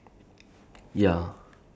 ya but the thing is ya